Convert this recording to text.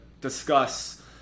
discuss